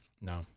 No